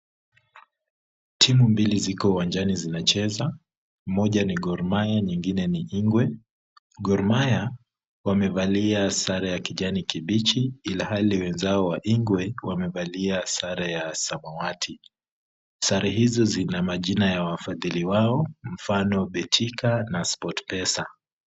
Timu mbili ziko uwajani zinacheza. Moja ni Gor Mahia ingine ni Igwe. Gor Mahia wamevalia sare za kijani kibichi, ilhali wenzao wa Igwe, wamevalia sare ya samawati. Sare hizo zina majina ya wafadhili wao mfano Betika na SportPesa.